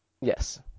Yes